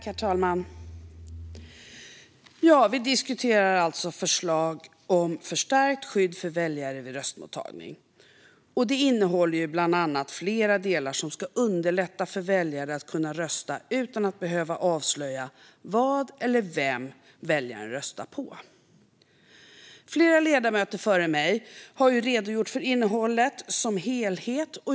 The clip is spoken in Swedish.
Herr talman! Vi diskuterar alltså förslag om förstärkt skydd för väljare vid röstmottagning. I betänkandet finns flera delar som ska underlätta för väljare att rösta utan att behöva avslöja vad eller vem väljaren röstar på. Flera ledamöter före mig har redogjort för innehållet som helhet.